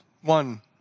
one